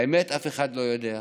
והאמת, אף אחד לא יודע.